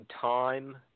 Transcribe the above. time